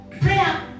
prayer